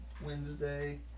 Wednesday